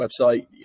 website